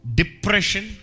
depression